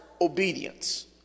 obedience